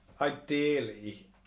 ideally